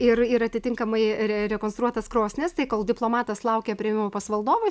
ir ir atitinkamai re rekonstruotas krosnis tai kol diplomatas laukia priėmimo pas valdovą